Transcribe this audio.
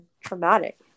traumatic